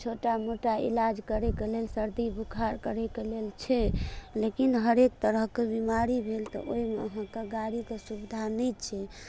छोटा मोटा इलाज करैके लेल सर्दी बुखार करैके लेल छै लेकिन हरेक तरहके बिमारी भेल तऽ ओहिमे अहाँके गाड़ीके सुविधा नहि छै